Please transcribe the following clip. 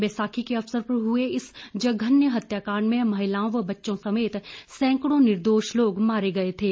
बैसाखी के अवसर पर हुए इस जघन्य हत्याकांड में महिलाओं व बच्चों समेत सैकड़ों निर्दोष लोग मारे गए थे